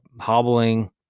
hobbling